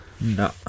No